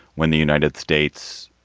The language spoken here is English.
when the united states,